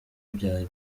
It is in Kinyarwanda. bya